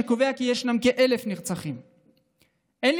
הוא קובע כי ישנם כ-1,000 נרצחים.